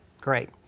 Great